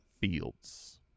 Fields